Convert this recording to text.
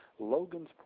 Logansport